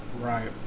Right